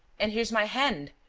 and here's my hand,